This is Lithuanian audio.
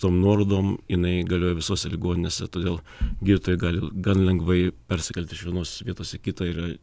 tom nuorodom jinai galioja visose ligoninėse todėl gydytojai gali gan lengvai persikelti iš vienos vietos į kitą yra